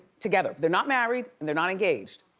together, they're not married and they're not engaged.